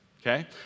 okay